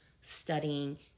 studying